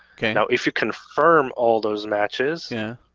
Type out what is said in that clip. okay. now if you confirm all those matches. yeah.